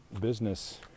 business